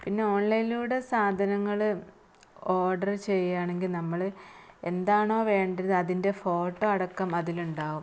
പിന്നെ ഓണ്ലൈനിലൂടെ സാധനങ്ങൾ ഓര്ഡറ് ചെയ്യുക ആണെങ്കിൽ നമ്മൾ എന്താണോ വേണ്ടത് അതിന്റെ ഫോട്ടോ അടക്കം അതിലുണ്ടാവും